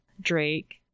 drake